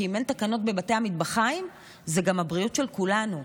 כי אם אין תקנות בבתי המטבחיים זה גם הבריאות של כולנו.